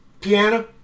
Piano